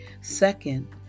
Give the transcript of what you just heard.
Second